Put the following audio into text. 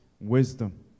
wisdom